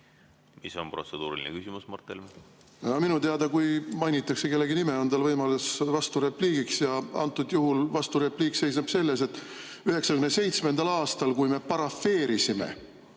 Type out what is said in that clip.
Mis on teie protseduuriline küsimus, Mart Helme? Minu teada, kui mainitakse kellegi nime, on tal võimalus vasturepliigiks. Ja antud juhul vasturepliik seisneb selles, et 1997. aastal, kui me parafeerisime,